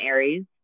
Aries